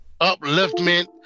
Upliftment